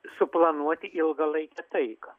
suplanuoti ilgalaikę taiką